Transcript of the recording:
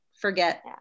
forget